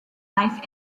life